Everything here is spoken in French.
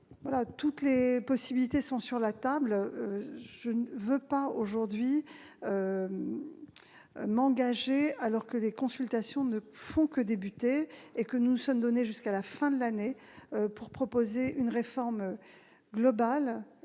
Toutes les possibilités sont sur la table. Je ne veux pas m'engager dès lors que les consultations ne font que débuter. Nous nous sommes donné jusqu'à la fin de l'année pour élaborer une réforme globale